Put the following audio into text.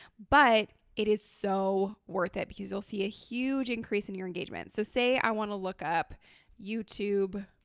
but it is so worth it because you'll see a huge increase in your engagement. so say i want to look up youtube